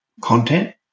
content